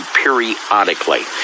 periodically